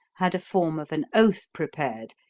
had a form of an oath prepared,